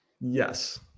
yes